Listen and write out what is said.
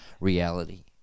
reality